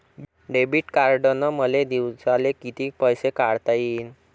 Debit कार्डनं मले दिवसाले कितीक पैसे काढता येईन?